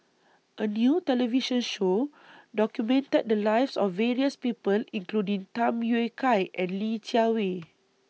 A New television Show documented The Lives of various People including Tham Yui Kai and Li Jiawei